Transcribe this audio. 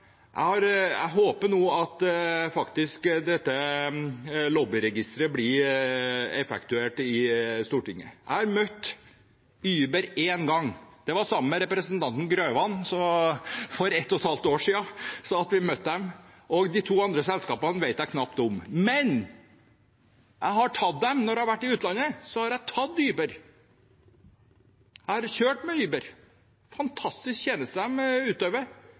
Jeg håper nå at dette lobbyregisteret faktisk blir effektuert i Stortinget. Jeg har møtt Uber èn gang, sammen med representanten Hans Fredrik Grøvan, for 1 ½ år siden. De to andre selskapene vet jeg knapt om. Men jeg har tatt Uber når jeg har vært i utlandet, jeg har kjørt med Uber – fantastisk tjeneste de utøver.